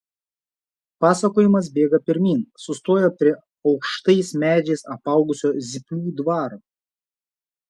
pasakojimas bėga pirmyn sustoja prie aukštais medžiais apaugusio zyplių dvaro